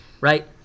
right